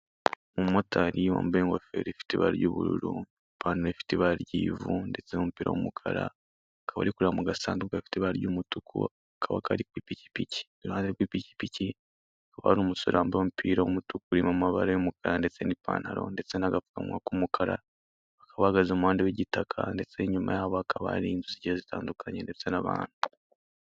Umumotari wambaye ingofero ifite ibara ry'ubururu, ipantaro ifite ibara ry'ivu ndetse n'umupira w'umukara, akaba ari kureba mu gasanduku gafite ibara ry'umutuku, kaba kari ku ipikipiki, iruhande rw'ipikipiki, hakaba hari umusore wambaye umupira w'umutuku, urimo amabara y'umukara ndetse n'ipantaro ndetse n'agapfukamunwa k'umukara, akaba ahagaze mu muhanda w'igitaka ndetse inyuma yabo hakaba hari inzu zigiye zitandukanye ndetse n'abantu.